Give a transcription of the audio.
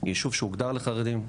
ישוב שמוגדר לחרדים,